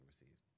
received